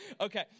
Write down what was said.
Okay